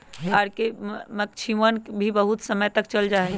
R K की मक्षिणवन भी बहुत समय तक चल जाहई